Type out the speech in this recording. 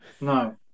No